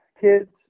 kids